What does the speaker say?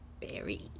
Berry